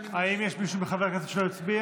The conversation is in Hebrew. האם יש מישהו מחברי הכנסת שלא הצביע?